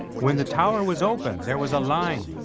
when the tower was open, there was a line,